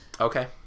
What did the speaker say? Okay